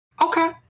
Okay